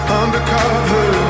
undercover